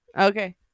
Okay